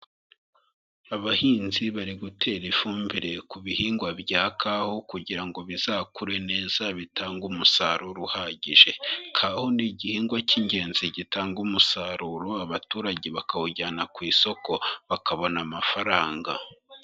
Abahinzi bari gutera ifumbire ku bihingwa bya kawa kugira ngo bizakure neza bitange umusaruro uhagije, kawa ni igihingwa cy'ingenzi gitanga umusaruro abaturage bakawujyana ku isoko bakabona amafaranga.